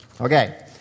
Okay